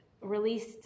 released